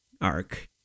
arc